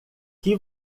que